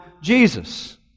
Jesus